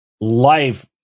life